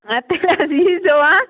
ادٕ حظ یی زیو حظ